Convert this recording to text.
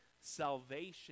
salvation